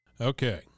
Okay